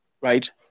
right